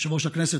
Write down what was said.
יושב-ראש הכנסת,